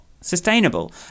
sustainable